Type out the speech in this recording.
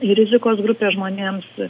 ir rizikos grupės žmonėms